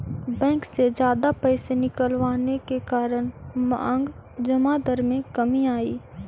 bank से जादा पैसे निकलवाने के कारण मांग जमा दर में कमी आई